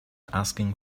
asking